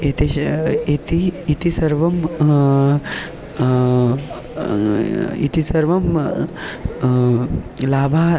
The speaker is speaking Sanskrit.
एतेषाम् इति इति सर्वं इति सर्वं लाभः